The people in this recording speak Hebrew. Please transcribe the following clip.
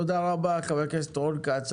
תודה רבה, חבר הכנסת רון כץ.